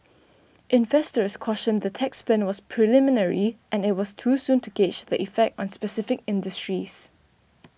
investors cautioned the tax plan was preliminary and it was too soon to gauge the effect on specific industries